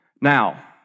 Now